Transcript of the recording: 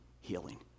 healing